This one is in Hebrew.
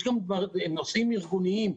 יש גם נושאים ארגוניים,